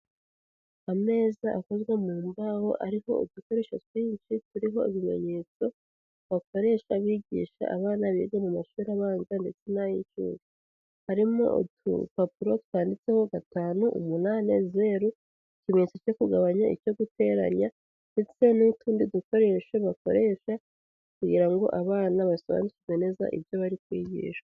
Ameza akozwe mu mbaho ariko udukoresho twinshi turimo ibimenyetso bakoreshwa bigisha abana biga mu mashuri abanza ndetse n'ay'incuke, harimo udupapuro twanditseho gatanu, umunani, zeru ikimenyetso cyo kugabanya icyo guteranya ndetse n'utundi dukoresho bakoresha kugira ngo abana basobanukirwe neza ibyo bari kwigisha.